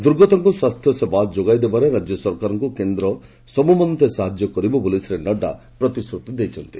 ଦୁର୍ଗତଙ୍କୁ ସ୍ୱାସ୍ଥ୍ୟସେବା ଯୋଗାଇଦେବାରେ ରାଜ୍ୟ ସରକାରଙ୍କୁ କେନ୍ଦ୍ର ସବୁମତେ ସାହାଯ୍ୟ କରିବ ବୋଲି ଶ୍ରୀ ନଡ୍ଡା ପ୍ରତିଶ୍ରୁତି ଦେଇଛନ୍ତି